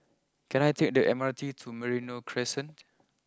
can I take the M R T to Merino Crescent